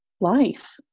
life